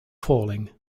falling